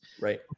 right